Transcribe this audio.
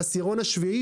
לעשירון השביע,